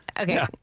okay